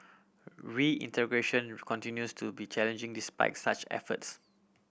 reintegration continues to be challenging despite such efforts